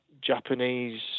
Japanese